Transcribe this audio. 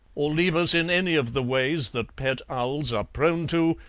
or leave us in any of the ways that pet owls are prone to,